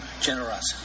generosity